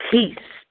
Peace